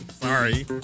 Sorry